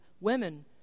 women